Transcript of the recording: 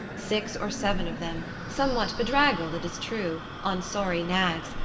six or seven of them, somewhat bedraggled it is true, on sorry nags,